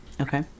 okay